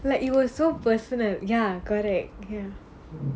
like it was so personal ya correct ya